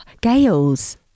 Gale's